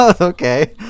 okay